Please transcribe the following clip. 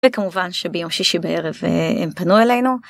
וכמובן שביום שישי בערב הם פנו אלינו.